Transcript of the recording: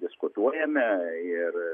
diskutuojame ir